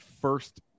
first